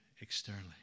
externally